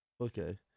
okay